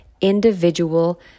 individual